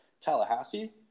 Tallahassee